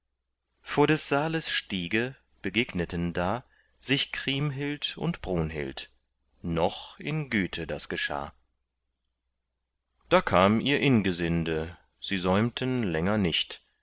vor des saales stiege begegneten da sich kriemhild und brunhild noch in güte das geschah da kam ihr ingesinde sie säumten länger nicht